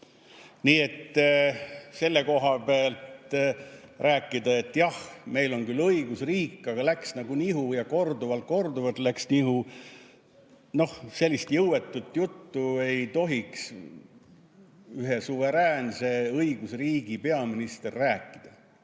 Nii et selle koha pealt rääkida, et jah, meil on küll õigusriik, aga läks nagu nihu ja korduvalt-korduvalt läks nihu – sellist jõuetut juttu ei tohiks ühe suveräänse õigusriigi peaminister rääkida.